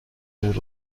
دور